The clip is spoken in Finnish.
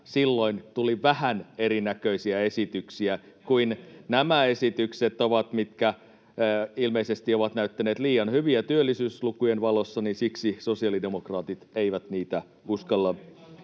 Silloin tuli vähän erinäköisiä esityksiä kuin nämä esitykset ovat, [Matias Mäkysen välihuuto] mitkä ilmeisesti ovat näyttäneet liian hyviltä työllisyyslukujen valossa. Siksi sosiaalidemokraatit eivät niitä uskalla